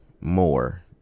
more